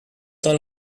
temps